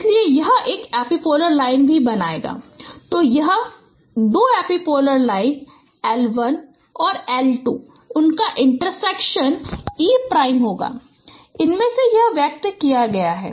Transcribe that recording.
इसलिए यह एक और एपिपोलर लाइन भी बनाएगा तो यह दो एपिपोलर लाइन एल 1 और एल 2 उनका इन्टरसेक्शन e प्राइम होगा इसमें से यह व्यक्त किया गया है